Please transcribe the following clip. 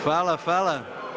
Hvala, hvala.